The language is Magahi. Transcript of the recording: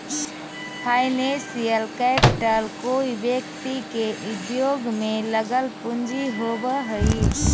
फाइनेंशियल कैपिटल कोई व्यक्ति के उद्योग में लगल पूंजी होवऽ हई